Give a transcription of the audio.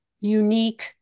unique